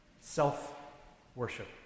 Self-worship